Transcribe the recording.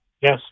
Yes